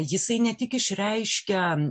jisai ne tik išreiškia